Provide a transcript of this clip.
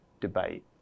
debate